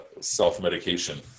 self-medication